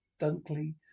Dunkley